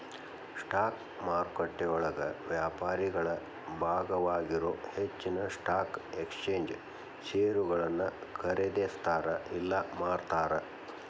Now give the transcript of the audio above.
stock ಮಾರುಕಟ್ಟೆಯೊಳಗ ವ್ಯಾಪಾರಿಗಳ ಭಾಗವಾಗಿರೊ ಹೆಚ್ಚಿನ್ ಸ್ಟಾಕ್ ಎಕ್ಸ್ಚೇಂಜ್ ಷೇರುಗಳನ್ನ ಖರೇದಿಸ್ತಾರ ಇಲ್ಲಾ ಮಾರ್ತಾರ